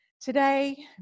Today